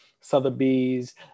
Sotheby's